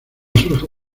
surge